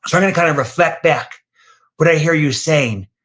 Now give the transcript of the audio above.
i'm gonna kind of reflect back what i hear you saying.